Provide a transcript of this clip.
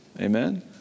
Amen